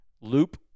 loop